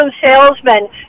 salesmen